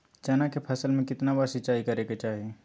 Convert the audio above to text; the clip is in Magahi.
चना के फसल में कितना बार सिंचाई करें के चाहि?